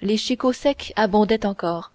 les chicots secs abondaient encore